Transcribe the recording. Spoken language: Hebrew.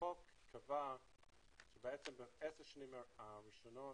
החוק קבע שבעשר השנים הראשונות,